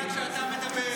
-- כשאתה מדבר.